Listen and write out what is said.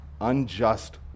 unjust